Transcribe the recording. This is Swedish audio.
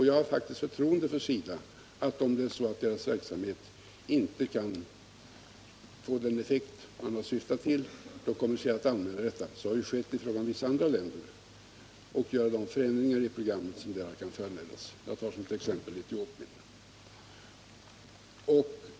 Jag har faktiskt det förtroendet för SIDA att om det är så att dess verksamhet inte kan få den effekt man har syftat till tror jag SIDA kommer att anmäla detta — så har skett i fråga om vissa andra länder — och vidta de förändringar i programmet som kan föranledas därav. Jag tar som ett exempel Etiopien.